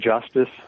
justice